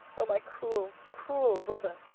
o my cruel, cruel brother,